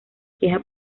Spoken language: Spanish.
queja